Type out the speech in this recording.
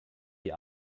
die